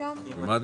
העברות תקציביות,